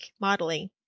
modeling